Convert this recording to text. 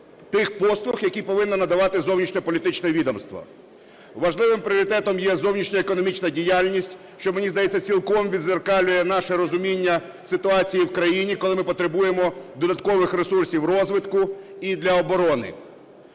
тих послуг, які повинно надавати зовнішньополітичне відомство. Важливим пріоритетом є зовнішньоекономічна діяльність, що, мені здається, цілком віддзеркалює наше розуміння ситуації в країні, коли ми потребуємо додаткових ресурсів розвитку і для оборони.